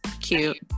Cute